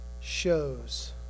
shows